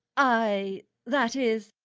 i a that is